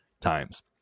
times